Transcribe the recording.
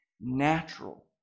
natural